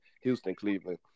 Houston-Cleveland